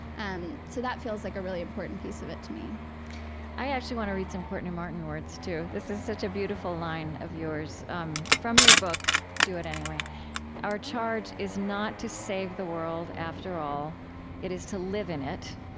and that feels like a really important piece of it to me i actually want to read some courtney martin words too. this is such a beautiful line of yours um from your book do it anyway our charge is not to save the world after all it is to live in it,